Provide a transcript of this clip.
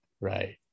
right